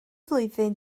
flwyddyn